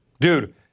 Dude